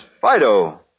Fido